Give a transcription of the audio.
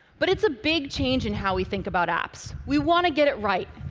but it's a big change in how we think about apps. we want to get it right.